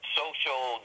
social